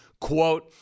Quote